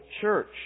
church